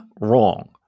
wrong